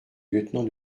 lieutenant